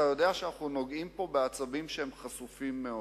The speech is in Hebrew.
אתה יודע שאנחנו נוגעים פה בעצבים שהם חשופים מאוד,